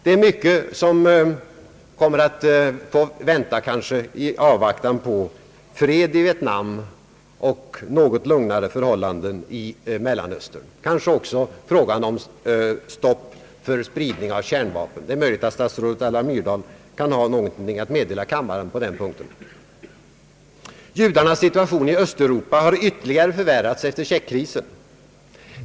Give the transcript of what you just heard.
Det är mycket som torde komma att få vänta i avvaktan på fred i Vietnam och något lugnare förhållanden i Mellanöstern, kanske också frågan om stopp för spridning av kärnvapen. Det är möjligt att statsrådet Alva Myrdal kan ha något att meddela kammaren på denna punkt. Judarnas situation i Östeuropa har ytterligare förvärrats efter tjeckkrisen.